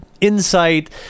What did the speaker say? insight